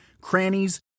crannies